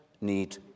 need